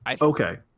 Okay